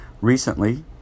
Recently